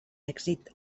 èxit